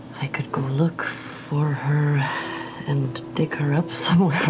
i could go look for her and dig her up so